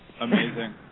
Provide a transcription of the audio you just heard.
Amazing